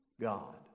God